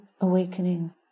awakening